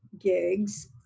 gigs